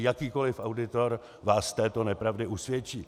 Jakýkoliv auditor vás z této nepravdy usvědčí.